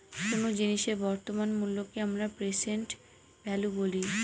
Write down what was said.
কোন জিনিসের বর্তমান মুল্যকে আমরা প্রেসেন্ট ভ্যালু বলি